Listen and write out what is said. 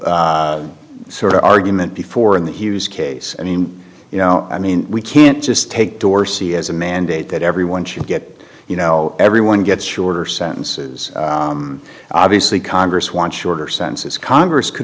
equitable sort of argument before in the case i mean you know i mean we can't just take dorsey as a mandate that everyone should get you know everyone gets shorter sentences obviously congress wants shorter sentences congress could